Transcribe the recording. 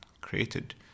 created